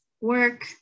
work